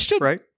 right